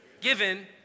Given